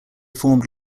formed